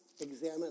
examine